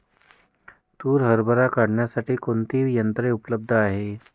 तूर हरभरा काढण्यासाठी कोणती यंत्रे उपलब्ध आहेत?